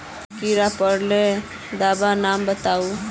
कीड़ा पकरिले दाबा नाम बाताउ?